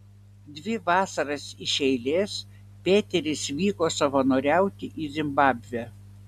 dvi vasaras iš eilės pėteris vyko savanoriauti į zimbabvę